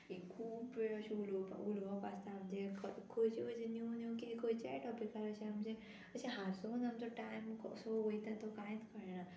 एक खूब वेळ अशें उलोवपाक उलोवप आसता आमचे खंयचे खंयचे न्यू न्यू कितें खंयच्याय टॉपिकार अशें आमचें अशें हांसून आमचो टायम कसो वयता तो कांयच कळना